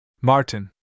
Martin